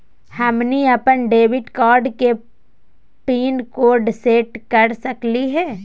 हमनी अपन debit card के पीन केना सेट कर सकली हे?